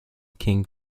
king